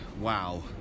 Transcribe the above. wow